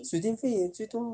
水电费最多